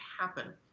happen